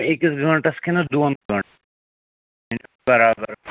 أکِس گٲنٛٹس کِنہٕ دۄن گٲنٛٹن برابر